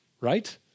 right